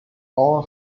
all